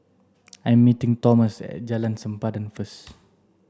I'm meeting Tomas at Jalan Sempadan first